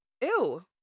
Ew